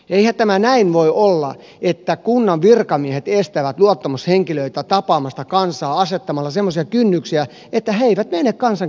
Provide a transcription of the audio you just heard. eihän tämä näin voi olla että kunnan virkamiehet estävät luottamushenkilöitä tapaamasta kansaa asettamalla semmoisia kynnyksiä että he eivät mene kansan keskuuteen